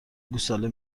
گوساله